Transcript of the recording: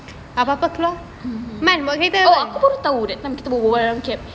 oh aku baru tahu that time kita berbual-bual dalam cab